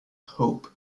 hope